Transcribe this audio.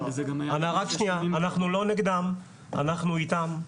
אנחנו איתם.